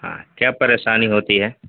ہاں کیا پریشانی ہوتی ہے